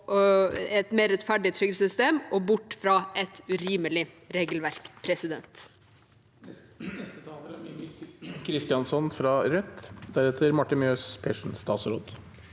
et mer rettferdig trygdesystem og bort fra et urimelig regelverk. Mímir